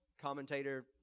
commentator